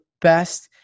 best